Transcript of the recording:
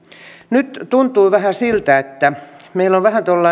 nyt tuntuu vähän siltä että meillä on